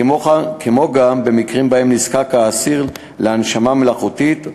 כמו גם במקרים שבהם נזקק האסיר להנשמה מלאכותית,